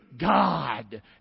God